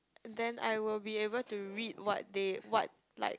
then I will be able to read what they what like